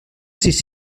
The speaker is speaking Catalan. sis